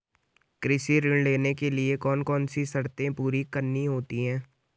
कृषि ऋण लेने के लिए कौन कौन सी शर्तें पूरी करनी होती हैं?